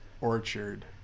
orchard